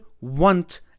want